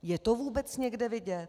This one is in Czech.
Je to vůbec někde vidět?